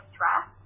dress